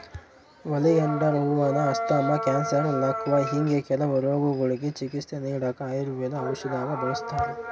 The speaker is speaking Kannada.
ಓಲಿಯಾಂಡರ್ ಹೂವಾನ ಅಸ್ತಮಾ, ಕ್ಯಾನ್ಸರ್, ಲಕ್ವಾ ಹಿಂಗೆ ಕೆಲವು ರೋಗಗುಳ್ಗೆ ಚಿಕಿತ್ಸೆ ನೀಡಾಕ ಆಯುರ್ವೇದ ಔಷದ್ದಾಗ ಬಳುಸ್ತಾರ